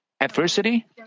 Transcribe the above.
Adversity